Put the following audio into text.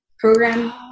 program